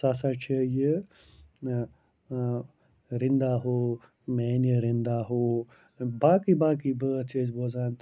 سُہ ہسا چھُ یہِ رِندہ ہو میٛانہِ رِندہ ہو باقٕے باقٕے بٲتھ چھِ أسۍ بوزان